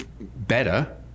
better